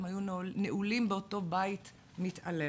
הם היו נעולים באותו בית מתעלל.